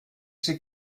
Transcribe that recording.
sie